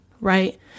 right